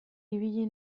ibili